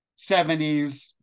70s